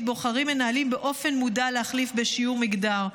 בוחרים מנהלים באופן מודע להחליף בשיעור מגדר.